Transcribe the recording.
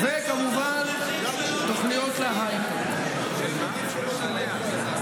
שכחת את הגדלת המלגות לאברכים שלא מתגייסים.